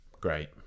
great